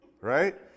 Right